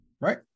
Right